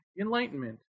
Enlightenment